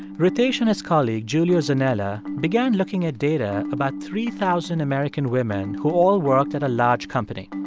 ritesh and his colleague giulio zanella began looking at data about three thousand american women who all worked at a large company.